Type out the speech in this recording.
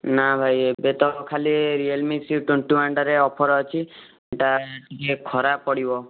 ନା ଭାଇ ଏବେ ତ ଖାଲି ରିୟଲମି ସି ଟ୍ୱେଣ୍ଟି ୱାନ୍ଟାରେ ଅଫର୍ ଅଛି ସେଟା ଟିକେ ଖରାପ ପଡ଼ିବ